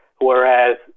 Whereas